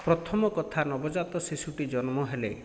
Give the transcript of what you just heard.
ପ୍ରଥମ କଥା ନବଜାତ ଶିଶୁଟି ଜନ୍ମ ହେଲେ